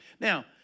Now